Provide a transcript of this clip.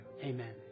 Amen